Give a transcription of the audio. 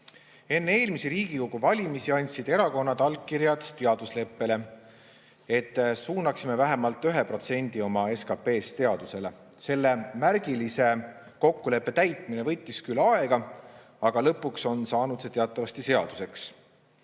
Enne eelmisi Riigikogu valimisi andsid erakonnad allkirjad teadusleppele, et suunaksime vähemalt 1% oma SKP‑st teadusele. Selle märgilise kokkuleppe täitmine võttis küll aega, aga lõpuks on see teatavasti seaduseks